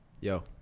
Yo